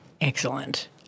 Excellent